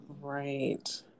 Right